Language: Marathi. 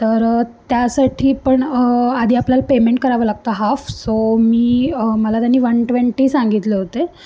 तर त्यासाठी पण आधी आपल्याला पेमेंट करावं लागतं हाफ सो मी मला त्यानी वन ट्वेंटी सांगितले होते